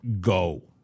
go